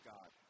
God